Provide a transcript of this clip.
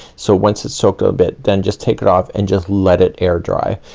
so once it's soaked a bit, then just take it off and just let it air dry.